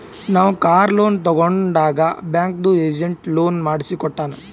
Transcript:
ನಾವ್ car loan ತಗೊಂಡಾಗ್ ಬ್ಯಾಂಕ್ದು ಏಜೆಂಟ್ ಲೋನ್ ಮಾಡ್ಸಿ ಕೊಟ್ಟಾನ್